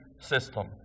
system